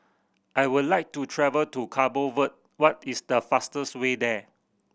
I would like to travel to Cabo Verde what is the fastest way there